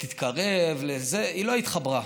שתתקרב, היא לא התחברה.